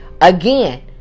again